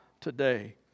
today